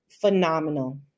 phenomenal